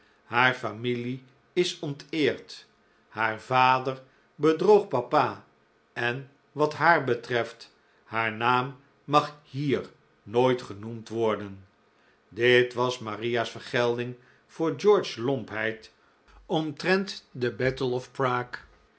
haar familie is onteerd haar vader bedroog papa en wat haar betreft haar naam mag hier nooit genoemd worden dit was maria's vergelding voor george's lompheid omtrent de battle of prague